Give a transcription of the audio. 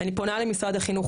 אני פונה למשרד החינוך,,